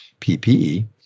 PPE